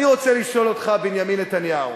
אני רוצה לשאול אותך, בנימין נתניהו,